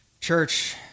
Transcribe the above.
Church